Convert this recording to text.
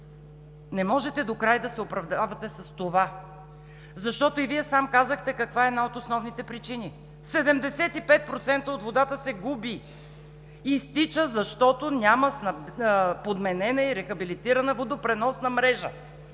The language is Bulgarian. Не можете докрай да се оправдавате с това, защото и Вие сам казахте каква е една от основните причини – 75% от водата се губи, изтича, защото няма подменена и рехабилитирана водопреносна мрежа.